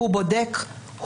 הוא בודק,